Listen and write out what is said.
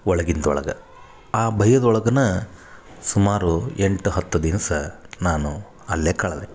ಒಳಗಿಂದೊಳಗ ಆ ಭಯದೊಳ್ಗನ ಸುಮಾರು ಎಂಟು ಹತ್ತು ದಿವಸ ನಾನು ಅಲ್ಲೇ ಕಳೆದೆ